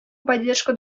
поддержку